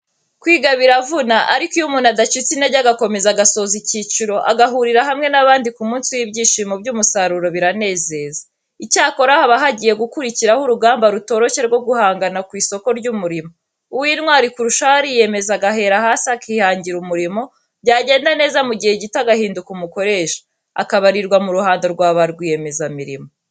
Kwiga biravuna, ariko iyo umuntu adacitse intege agakomeza agasoza icyiciro, agahurira hamwe n'abandi ku munsi w'ibyishimo by'umusaruro biranezeza. Icyakora haba hagiye gukurikiraho urugamba rutoroshye rwo guhangana ku isoko ry'umurimo, uw'intwari kurushaho ariyemeza agahera hasi akihangira umurimo, byagenda neza mu gihe gito agahinduka umukoresha, akabarirwa mu ruhando rwa ba rwiyemezamirimo.